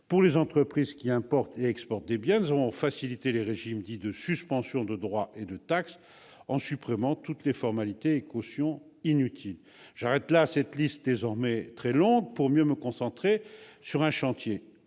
pour les entreprises important et exportant des biens, nous avons facilité les régimes dits de suspension de droits et de taxes, en supprimant toutes les formalités et cautions inutiles. J'arrête là cette énumération, pour mieux me concentrer sur un chantier